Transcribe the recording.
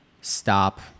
stop